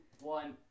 one